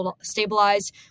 stabilized